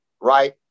right